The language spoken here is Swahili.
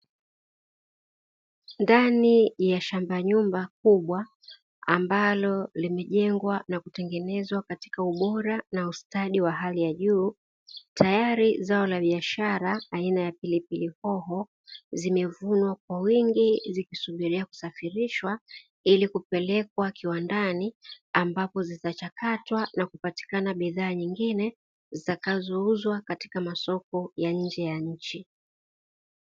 Ndani ya shamba nyumba kubwa ambalo limejengwa na kutengenezwa katika ubora na ustadi wa hali ya juu, tayari zao la biashara aina ya pilipili hoho zimevunwa kwa wingi zikisubiria kusafirishwa ili kupelekwa kiwandani, ambapo zitachakatwa na kupatikana bidhaa nyingine zitakazouzwa katika masoko ya nje ya nchi.